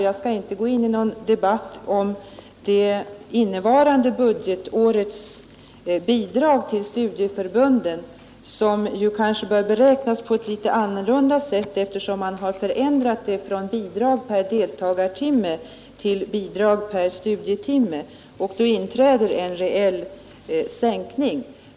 Jag skall här inte gå in i debatt om bidraget till studieförbunden innevarande budgetår, men det bidraget bör kanske räknas på ett något annat sätt, eftersom det har förändrats från ett bidrag per deltagartimme till ett bidrag per studietimme, en ändring som medför en rejäl sänkning.